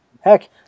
Heck